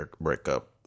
breakup